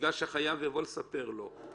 בגלל שהחייב יבוא לספר לו,